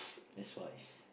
that's wise